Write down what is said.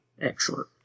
Excellent